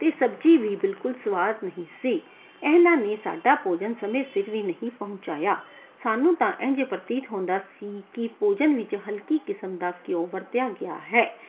ਅਤੇ ਸਬਜ਼ੀ ਵੀ ਬਿਲਕੁਲ ਸੁਆਦ ਨਹੀਂ ਸੀ ਇਹਨਾਂ ਨੇ ਸਾਡਾ ਭੋਜਨ ਸਮੇਂ ਸਿਰ ਵੀ ਨਹੀਂ ਪਹੁੰਚਾਇਆ ਸਾਨੂੰ ਤਾਂ ਇੰਝ ਪ੍ਰਤੀਤ ਹੁੰਦਾ ਸੀ ਕਿ ਭੋਜਨ ਵਿੱਚ ਹਲਕੀ ਕਿਸਮ ਦਾ ਘਿਓ ਵਰਤਿਆ ਗਿਆ ਹੈ